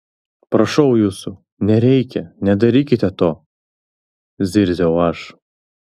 prašau jūsų nereikia nedarykite to zirziau aš